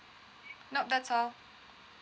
nope that's all